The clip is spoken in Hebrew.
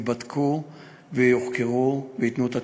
יבדקו וייתנו את התשובות.